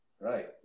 right